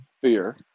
fear